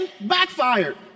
backfired